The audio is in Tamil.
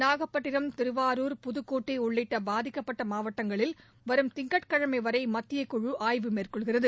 நாகப்பட்டினம் தீருவாரூர் புதுக்கோட்டை உள்ளிட்ட பாதிக்கப்பட்ட மாவட்டங்களில் வரும் திங்கட்கிழமை வரை மத்திய குழு ஆய்வு மேற்கொள்கிறது